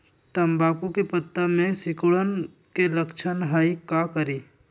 तम्बाकू के पत्ता में सिकुड़न के लक्षण हई का करी?